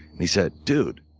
and he said, dude,